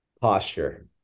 posture